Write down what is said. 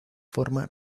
forma